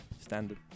standard